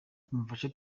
mumfashe